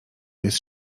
jest